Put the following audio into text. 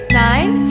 nine